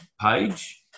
page